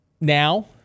now